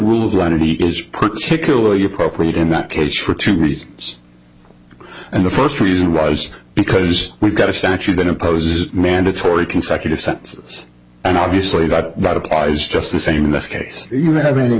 rules when he is put securely appropriate in that case for two reasons and the first reason was because we've got a statute that imposes mandatory consecutive sentences and obviously that that applies just the same in this case you have a